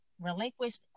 relinquished